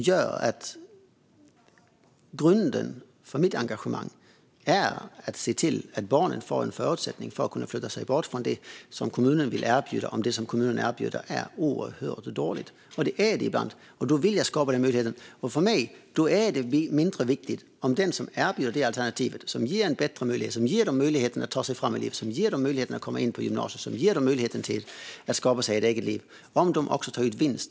Grunden för mitt engagemang är att se till att barnen får en förutsättning att kunna flytta sig bort från det som kommunen vill erbjuda om det som kommunen erbjuder är oerhört dåligt. Det är det ibland, och då vill jag skapa den möjligheten. För mig är det då mindre viktigt om den som erbjuder det alternativ som ger en bättre möjlighet - som ger elever möjligheter att ta sig fram i livet, som ger dem möjligheterna att komma in på gymnasiet, som ger dem möjligheten till att skapa sig ett eget liv - också tar ut vinst.